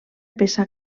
peça